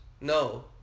No